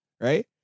Right